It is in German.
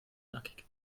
nackig